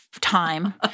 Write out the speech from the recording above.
time